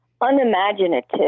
unimaginative